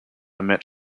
meant